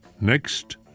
Next